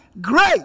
great